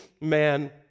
man